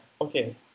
okay